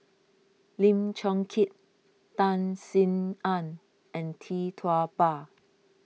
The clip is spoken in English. Lim Chong Keat Tan Sin Aun and Tee Tua Ba